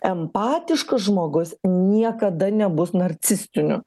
empatiškas žmogus niekada nebus narcistiniu